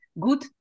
good